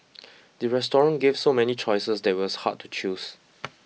the restaurant gave so many choices that it was hard to choose